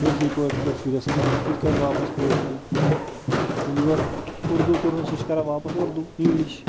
کٲشِر پٲٹھی کٔر شُرِس کَتھ سُہ تہِ کَرِ واپس کٲشُرے ییٚلہِ یور اُردو کوٚرہوس سُہ چھُ کَران واپس اُردو اِنگلِش